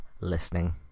listening